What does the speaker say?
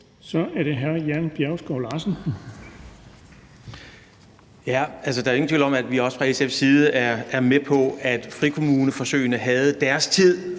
Kl. 15:39 Jan Bjergskov Larsen (SF): Der er ingen tvivl om, at vi også fra SF's side er med på, at frikommuneforsøgene havde deres tid